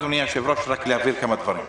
אדוני היושב-ראש, רק להבהיר כמה דברים?